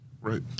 Right